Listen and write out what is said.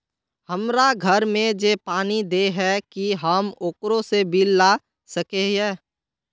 हमरा घर में जे पानी दे है की हम ओकरो से बिल ला सके हिये?